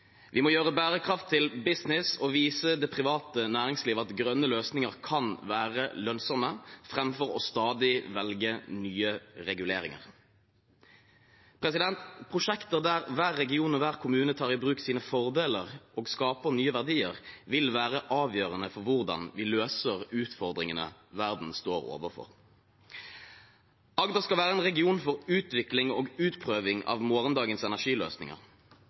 Vi må gjøre bærekraft til business og vise det private næringsliv at grønne løsninger kan være lønnsomme, framfor stadig å velge nye reguleringer. Prosjekter der hver region og hver kommune tar i bruk sine fordeler og skaper nye verdier, vil være avgjørende for hvordan vi løser utfordringene verden står overfor. Agder skal være en region for utvikling og utprøving av morgendagens energiløsninger.